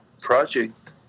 project